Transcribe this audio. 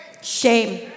Shame